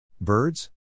Birds